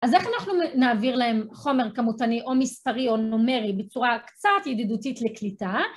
אז איך אנחנו נעביר להם חומר כמותני או מספרי או נומרי בצורה קצת ידידותית לקליטה?